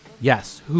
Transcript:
Yes